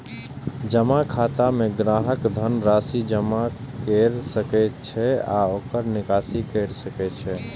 जमा खाता मे ग्राहक धन राशि जमा कैर सकै छै आ ओकर निकासी कैर सकै छै